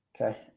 Okay